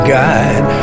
guide